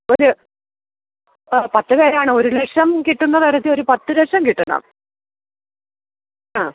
ഒരു ആ പത്തു പേരാണ് ഒരു ലക്ഷം കിട്ടുന്ന തരത്തില് ഒരു പത്തു ലക്ഷം കിട്ടണം ആ